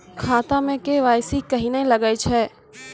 खाता मे के.वाई.सी कहिने लगय छै?